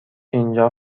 اینجا